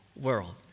world